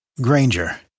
Granger